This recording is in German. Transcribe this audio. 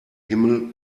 himmel